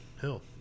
Hill